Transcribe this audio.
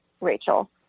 Rachel